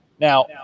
Now